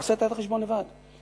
תעשה את החשבון לבד.